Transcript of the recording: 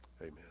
Amen